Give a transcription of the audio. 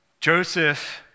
Joseph